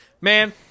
Man